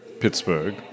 Pittsburgh